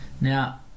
Now